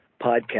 podcast